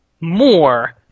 more